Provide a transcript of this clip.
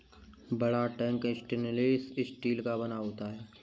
बड़ा tank stainless steel का बना होता है